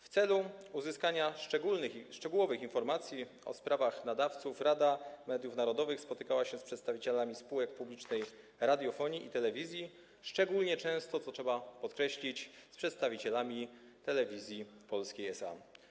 W celu uzyskania szczegółowych informacji o sprawach nadawców Rada Mediów Narodowych spotykała się z przedstawicielami spółek publicznej radiofonii i telewizji, a szczególnie często, co trzeba podkreślić, z przedstawicielami Telewizji Polskiej SA.